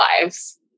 lives